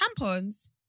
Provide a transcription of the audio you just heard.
Tampons